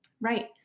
Right